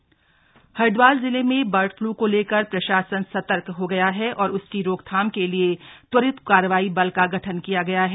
बुर्ड flu Haridwar जिले में bird flu को लेकर प्रशासन सतर्क हो गया है और उसकी रोकथाम के लिए त्वरित कार्यवाही बल का गठन किया गया है